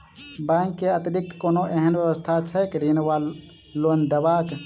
Bank केँ अतिरिक्त कोनो एहन व्यवस्था छैक ऋण वा लोनदेवाक?